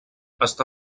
està